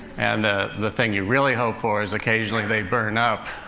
and the the thing you really hope for is occasionally they burn up,